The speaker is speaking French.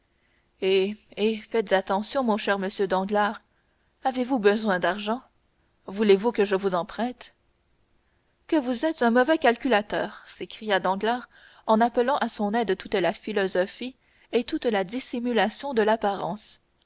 eh faites attention mon cher monsieur danglars avez-vous besoin d'argent voulez-vous que je vous en prête que vous êtes un mauvais calculateur s'écria danglars en appelant à son aide toute la philosophie et toute la dissimulation de l'apparence